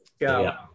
Go